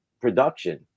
production